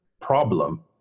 problem